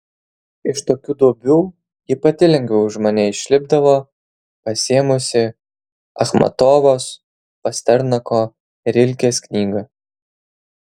iš tokių duobių ji pati lengviau už mane išlipdavo pasiėmusi achmatovos pasternako rilkės knygą